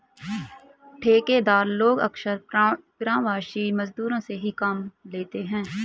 ठेकेदार लोग अक्सर प्रवासी मजदूरों से ही काम लेते हैं